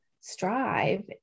strive